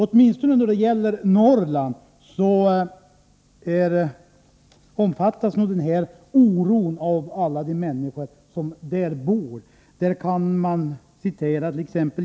Åtminstone då det gäller Norrland omfattas nog oron av alla de människor som där bor. Man kant.ex.